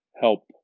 help